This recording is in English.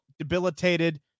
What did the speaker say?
Debilitated